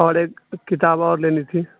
اور ایک کتاب اور لینی تھی